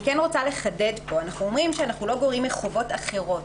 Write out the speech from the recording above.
רוצה לחדד פה שאנחנו אומרים שאנחנו לא גורעים מחובות אחרות.